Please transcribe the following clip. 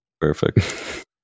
Perfect